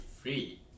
free